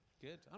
good